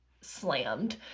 slammed